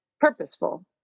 purposeful